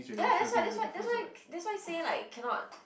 ya that's what that's what that's why that's why say like cannot